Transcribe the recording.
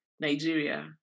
Nigeria